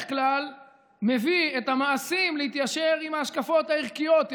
כלל מביא את המעשים להתיישר עם ההשקפות הערכיות,